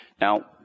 Now